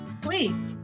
please